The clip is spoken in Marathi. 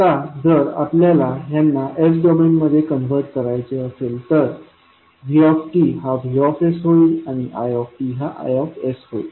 आता जर आपल्याला ह्यांना s डोमेनमध्ये कन्व्हर्ट करायचे असेल तर v हा V होईल आणि i हा I होईल